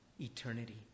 Eternity